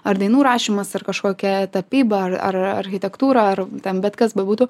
ar dainų rašymas ar kažkokia tapyba ar ar architektūra ar ten bet kas bebūtų